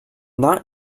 not